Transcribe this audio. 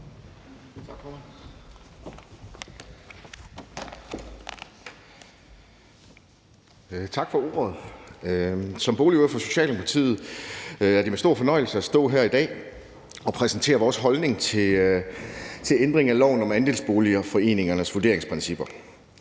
Tak for ordet. Som boligordfører for Socialdemokratiet er det en stor fornøjelse at stå her i dag og præsentere vores holdning til ændring af loven om andelsboligforeningernes vurderingsprincipper.